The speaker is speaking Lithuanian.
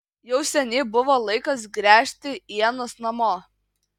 jau seniai buvo laikas gręžti ienas namo